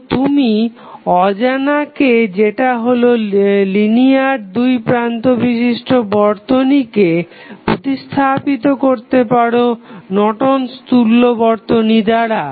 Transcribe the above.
তো তুমি অজানাকে যেটা হলো লিনিয়ার দুই প্রান্ত বিশিষ্ট বর্তনীকে প্রতিস্থাপিত করতে পারো নর্টন'স তুল্য Nortons equivalent বর্তনী দ্বারা